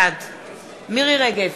בעד מירי רגב,